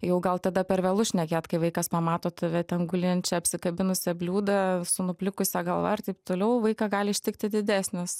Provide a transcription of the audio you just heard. jau gal tada per vėlu šnekėt kai vaikas pamato tave ten gulinčią apsikabinusią bliūdą su nuplikusia galva ir taip toliau vaiką gali ištikti didesnis